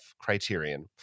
Criterion